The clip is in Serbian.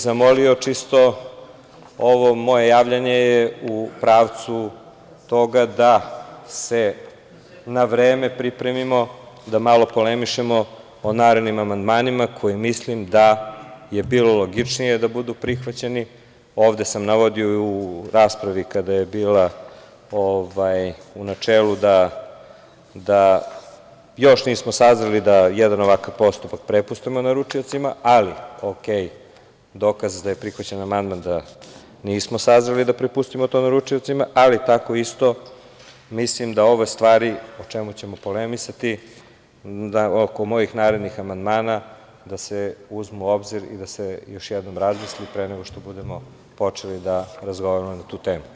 Zamolio bih čisto, ovo moje javljanje je u pravcu toga da se na vreme pripremimo, da malo polemišemo o narednim amandmanima koje mislim da je bilo logičnije da budu prihvaćeni, ovde sam navodio i u raspravi kada je bila u načelu, da još nismo sazreli da jedan ovakav postupak prepustimo naručiocima, ali okej, dokaz da je prihvaćen amandman, da nismo sazreli da prepustimo to naručiocima, ali tako isto mislim da ove stvari o čemu ćemo polemisati oko mojih narednih amandmana da se uzmu u obzir i da se još jednom razmisli pre nego što budemo počeli da razgovaramo na tu temu.